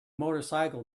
motorcycle